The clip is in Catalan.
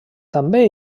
també